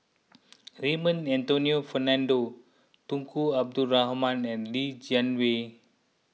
Raymond Anthony Fernando Tunku Abdul Rahman and Li Jiawei